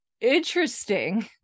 interesting